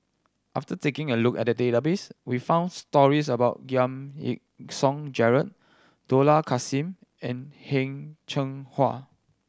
after taking a look at the database we found stories about Giam Yean Song Gerald Dollah Kassim and Heng Cheng Hwa